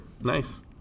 Nice